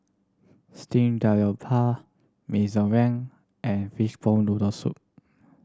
steamed daroupa mee zoreng and fishball noodle soup